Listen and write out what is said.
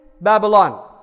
Babylon